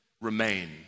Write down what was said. remain